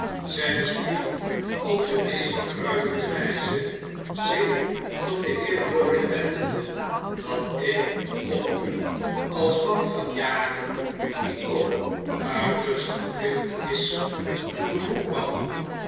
zei de spion op de meest kruipende wgze zich tot den heer lorry wendende dat ik op u als man van jaren die ook uiterst welwillend is een beroep mag doen